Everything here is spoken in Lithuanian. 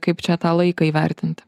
kaip čia tą laiką įvertint